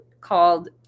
called